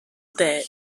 that